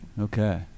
Okay